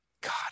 God